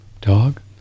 dog